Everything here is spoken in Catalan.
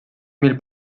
mil